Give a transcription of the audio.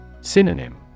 Synonym